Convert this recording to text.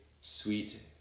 sweet